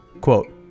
quote